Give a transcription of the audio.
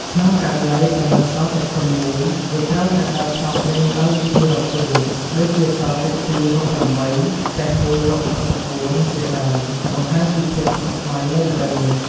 ក្នុងករណីដែលនៅសល់តែខុនមួយ វាត្រូវតែដើរផ្សងព្រេងដោយវិធីរាប់ជើង ដូចជាសល់ទូក២រាប់៨ សេះ១រាប់៦៤ ជាដើម បង្ហាញពីភាពស្មុគស្មាញនៃល្បែងនេះ។